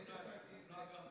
תמונה גדולה.